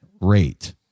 rate